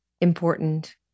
important